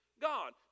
God